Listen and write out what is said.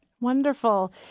Wonderful